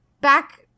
back